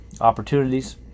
opportunities